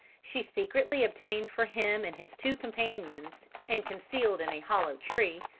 she secretly obtained for him and his two companions, and concealed in a hollow tree,